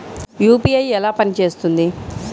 UPI ఎలా పనిచేస్తుంది?